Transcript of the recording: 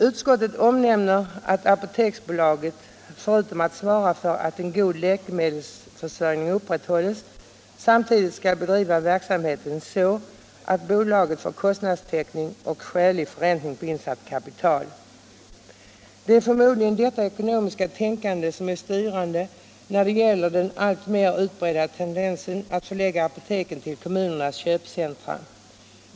Utskottet omnämner att Apoteksbolaget förutom att svara för att en god läkemedelsförsörjning upprätthålles samtidigt skall bedriva verksamheten så att bolaget får kostnadstäckning och skälig förräntning på insatt kapital. Det är förmodligen detta ekonomiska tänkande som är styrande när det gäller den alltmer utbredda tendensen att förlägga apoteken till kommunernas köpcentra.